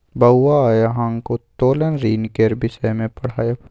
बौआ आय अहाँक उत्तोलन ऋण केर विषय मे पढ़ायब